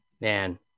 Man